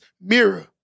mirror